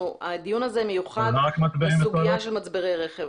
הדיון הזה מיוחד רק למצברי רכב.